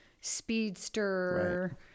Speedster